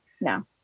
No